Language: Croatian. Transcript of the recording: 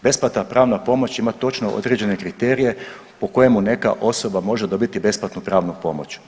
Besplatna pravna pomoć ima točno određene kriterije po kojemu neka osoba može dobiti besplatnu pravnu pomoć.